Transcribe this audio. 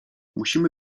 musimy